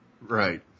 Right